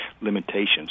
limitations